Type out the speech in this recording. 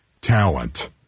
talent